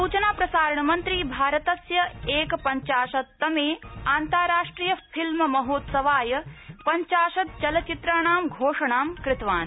सूचना प्रसारणमन्त्री भारतस्य एकपञ्चाशत्तम आन्ताराष्ट्रिय फिल्म महोत्सवाय पंचाशत् चलचित्राणां घोषणां कृतवान्